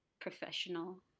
professional